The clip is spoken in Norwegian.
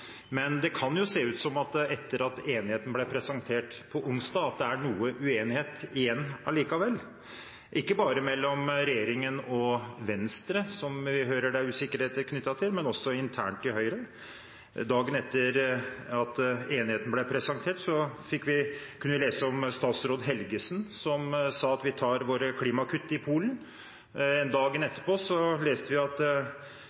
Men det kan se ut som om det etter at enigheten ble presentert på onsdag, er noe uenighet igjen allikevel, ikke bare mellom regjeringen og Venstre, som vi hører det er usikkerheter knyttet til, men også internt i Høyre. Dagen etter at enigheten ble presentert, kunne vi lese om statsråd Helgesen, som sa at vi tar våre klimakutt i Polen. Dagen etter leste vi at